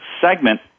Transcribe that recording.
segment